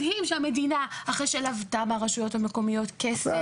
מדהים שהמדינה אחרי שלוותה מהרשויות המקומיות כסף,